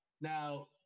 now